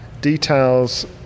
details